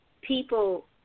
people